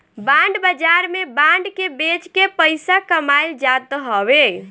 bond बाजार में bond के बेच के पईसा कमाईल जात हवे